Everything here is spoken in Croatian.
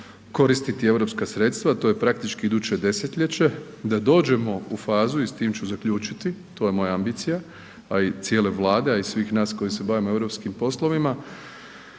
koristiti europska sredstva, a to je praktički iduće desetljeće da dođemo u fazu i s tim ću zaključiti, to je moja ambicija, a i cijele Vlade, a i svih nas koji se bavimo europskim poslovima